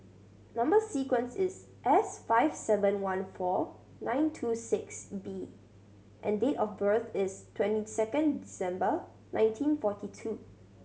number sequence is S five seven one four nine two six B and date of birth is twenty second December nineteen forty two